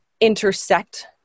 intersect